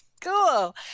Cool